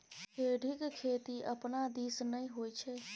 खेढ़ीक खेती अपना दिस नै होए छै